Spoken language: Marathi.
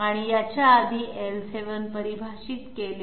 याच्या आधी l7 परिभाषित केले आहे